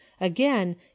Again